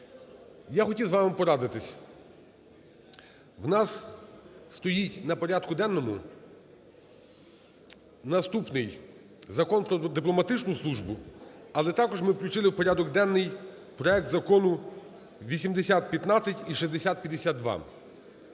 я хотів з вами порадитись: у нас стоїть на порядку денному наступний Закон про дипломатичну службу. Але також ми включили у порядок проект Закону 8015 і 6052.